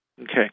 Okay